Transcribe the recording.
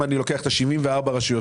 אם אני לוקח את 74 הרשויות,